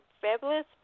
fabulous